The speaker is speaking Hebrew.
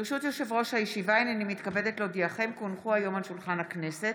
אני קובע כי הצעת